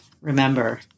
remember